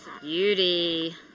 Beauty